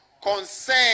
Concern